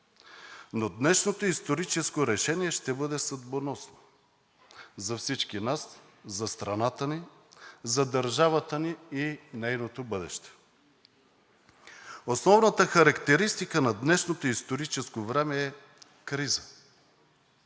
Днешното историческо решение ще бъде съдбоносно за всички нас, за страната ни, за държавата ни и нейното бъдеще. Основната характеристика на днешното историческо време е криза.